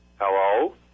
Hello